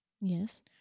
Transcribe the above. Yes